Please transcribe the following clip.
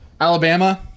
Alabama